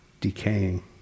decaying